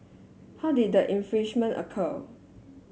how did the infringements occur